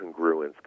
congruence